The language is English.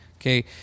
okay